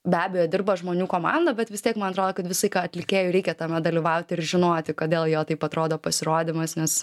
be abejo dirba žmonių komanda bet vis tiek man atrodo kad visą laiką atlikėjui reikia tame dalyvauti ir žinoti kodėl jo taip atrodo pasirodymas nes